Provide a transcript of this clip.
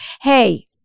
hey